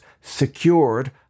secured